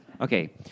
Okay